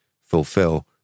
fulfill